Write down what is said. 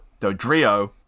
Dodrio